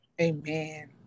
Amen